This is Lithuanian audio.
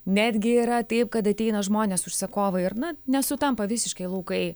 netgi yra taip kad ateina žmonės užsakovai ir na nesutampa visiškai laukai